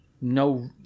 no